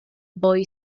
boy